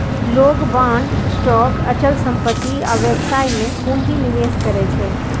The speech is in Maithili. लोग बांड, स्टॉक, अचल संपत्ति आ व्यवसाय मे पूंजी निवेश करै छै